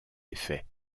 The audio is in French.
effet